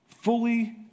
fully